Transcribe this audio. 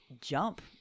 jump